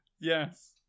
Yes